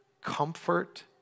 comfort